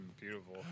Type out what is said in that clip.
beautiful